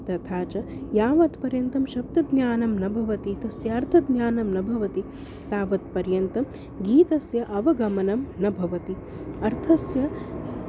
तथा च यावत्पर्यन्तं शब्दज्ञानं न भवति तस्य अर्थज्ञानं न भवति तावत्पर्यन्तं गीतस्य अवगमनं न भवति अर्थस्य